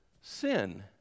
sin